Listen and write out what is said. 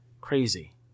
Crazy